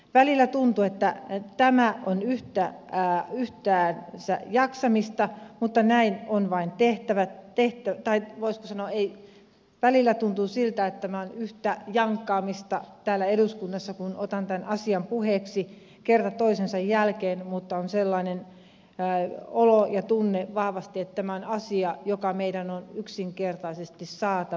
välillä tuntuu siltä että tämä on yhtä ja yhtään lisää jaksamista mutta näin on vain tehtävä tehtävä tai voi sanoa ei välillä tuntuu siltä että maan yhtä jankkaamista täällä eduskunnassa kun otan tämän asian puheeksi kerta toisensa jälkeen mutta on sellainen olo ja tunne vahvasti että tämä on asia joka meidän on yksinkertaisesti saatava kuntoon